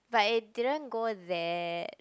but it didn't go there